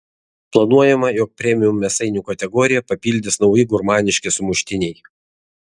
planuojama jog premium mėsainių kategoriją papildys nauji gurmaniški sumuštiniai